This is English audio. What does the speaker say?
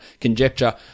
conjecture